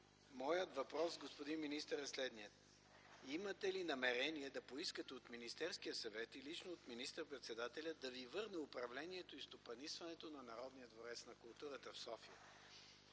моят въпрос, господин министър, е следният: имате ли намерение да поискате от Министерския съвет и лично от министър-председателя да Ви върне управлението и стопанисването на Народния дворец на културата – София,